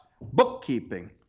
bookkeeping